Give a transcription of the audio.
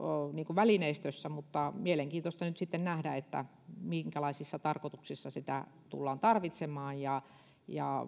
välineistössä mutta on mielenkiintoista nyt sitten nähdä minkälaisissa tarkoituksissa sitä tullaan tarvitsemaan ja ja